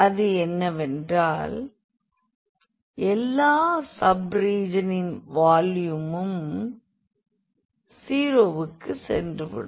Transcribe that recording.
அது என்னவென்றால் எல்லா சப் ரீஜியனின் வால்யூமும் 0வுக்கு சென்று விடும்